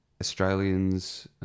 Australians